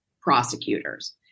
prosecutors